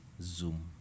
Zoom